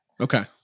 Okay